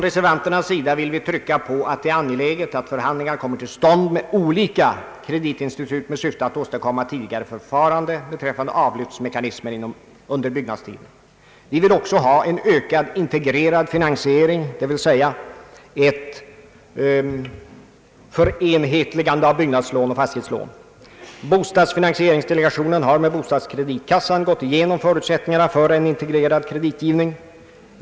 Reservanterna vill trycka på att det är angeläget att förhandlingar kommer till stånd med olika kreditinstitut i syfte att åstadkomma smidigare förfarande beträffande avlyftsmekanismen under byggnadstiden. Vi vill också ha en ökad integrerad finansiering, dvs. sammanslagning av byggnadslån och fastighetslån. Bostadsfinansieringsdelegationen har med bostadskreditkassan gått igenom förutsättningarna för en integrerad kreditgivning.